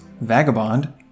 Vagabond